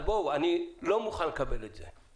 אז בואו אני לא מוכן לקבל את זה.